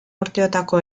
urteotako